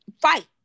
fight